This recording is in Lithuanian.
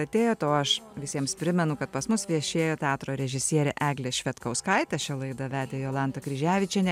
atėjot o aš visiems primenu kad pas mus viešėjo teatro režisierė eglė švedkauskaitė šią laidą vedė jolanta kryževičienė